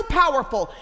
powerful